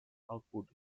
output